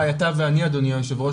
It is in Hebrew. אולי אתה ואני אדוני היושב ראש,